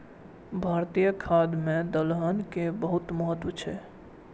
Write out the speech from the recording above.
भारतीय खाद्य मे दलहन के बहुत महत्व छै